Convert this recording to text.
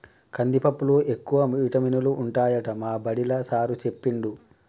కందిపప్పులో ఎక్కువ విటమినులు ఉంటాయట మా బడిలా సారూ చెప్పిండు